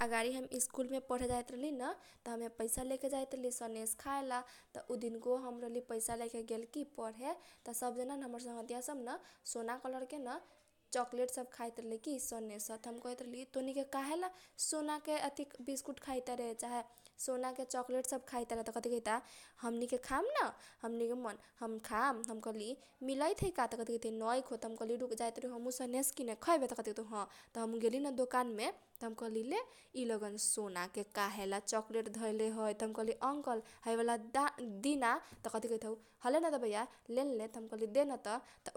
अगाडि हम स्कूल मे पढे जाइत रहली न त हमे पैसा लेके जाइत रहली सनेस खाए ला त उ दिनक वो हम पैसा लेके गेल की पढे त सब जना न‌ हमर संगघतीया सब न सोना कलर केन चकलेट सब खाइत रहलै सनेस त हम कहैत रहली तोनीके काहेला कथी सोनाके बिस्कुट खाइ तारे चाहे सोना के चकलेट सब खाइ तारे। त कथी कहैता हमनी के खाम न हमनी के मन हम खाम मिलैत है का त कथी कहैत है नैखो त हम कथी कहली रूक हम जाइतारियौ सनेस किने खैबे त कथी कहैत हौ ह । त हम गेलीन दोकानमे त हम कहली ले इलगुन सोना के काहेला चकलेट धैलेहै त हम कहली अंकल इ बाला दा दिना त कथी कहैत हौ हलेन बैया लेनले त हम कहली देनत।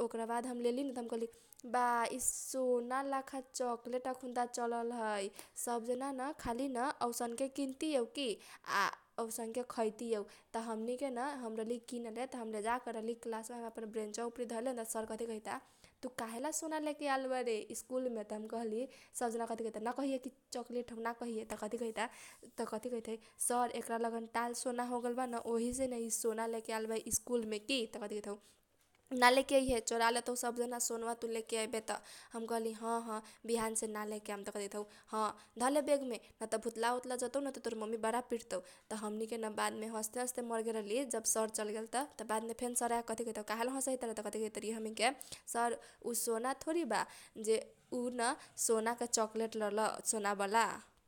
ओकरा बाद हम लेलीन त कहली बा इ सोना लाखा चकलेट अखुनता चलल है सब जना न‌ खाली न औसनके किनतीयौ की आ औसनके खैतीयौ। त हमनी के न हम रहली किनले त हम लेजाके रहली हम अपन बेनचवा उपरी धैले न त सर कथी कहैता तु काहेला सोना लेके आल बारे स्कूल मे त हम कहली त सब जना कथी कहैता ना कहीहे की चकलेट हौ ना कहीहे त कथी कहैता त कथी कहैत है सर एकरा लगन टाल सोना होगेलबा न त ओहिसेन सोना लेके आल बा स्कूल मे की त कथी कहैत हौ। ना लेके अइहै चोरा लेतौ सब जना तु सोना लेके अइबे त हम कहली हह बिहान से ना लेके आम त कथी कहैत हौ ह धले बेगमे न त भुतला उतला जतौ न त तोहर ममी बरी पिटतौ त हमनी के न बाद मे हसते हसते मर गेल रहली जब सर चल गेल त। त बाद मे फेन सर आके कथी कहैत हौ काहेला हसैतारे त कथी कहै तारी हमनी के। सर उ सोना थोरी बा उ न सोना के चकलेट रहल सोना बाला।